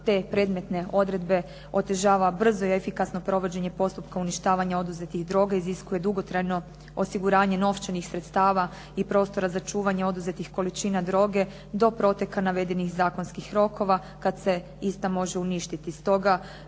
te predmetne odredbe otežava brzo i efikasno provođenje postupka uništavanja oduzetih droga iziskuje dugotrajno osiguranje novčanih sredstava i prostora za čuvanje oduzetih količina droge do proteka navedenih zakonskih rokova kada se ista možda uništiti.